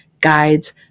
guides